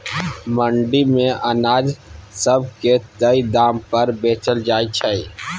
मंडी मे अनाज सब के तय दाम पर बेचल जाइ छै